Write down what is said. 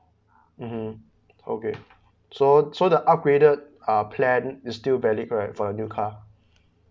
mmhmm okay so so the upgraded uh plan is still valid right for the new car